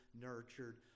nurtured